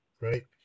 right